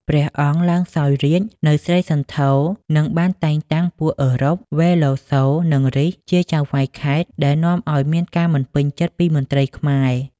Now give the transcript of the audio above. ព្រះអង្គឡើងសោយរាជ្យនៅស្រីសន្ធរ និងបានតែងតាំងពួកអឺរ៉ុប វេឡូសូ និងរីស ជាចៅហ្វាយខេត្ត ដែលនាំឱ្យមានការមិនពេញចិត្តពីមន្ត្រីខ្មែរ។